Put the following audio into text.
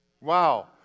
Wow